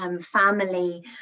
family